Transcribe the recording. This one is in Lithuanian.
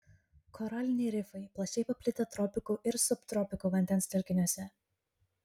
koraliniai rifai plačiai paplitę tropikų ir subtropikų vandens telkiniuose